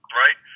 right